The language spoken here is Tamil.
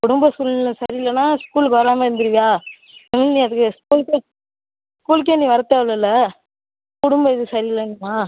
உடம்பு சூழ்நிலை சரி இல்லைனா ஸ்கூலுக்கு வராமல் இருந்துருவியா இனி நீ அதற்கு ஸ்கூல்க்கே ஸ்கூல்க்கே நீ வரத்தேவையில்லேல உடம்பு இது சரியில்லைன்னா